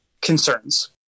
concerns